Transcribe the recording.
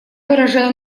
выражаю